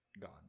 gone